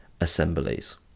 assemblies